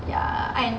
ya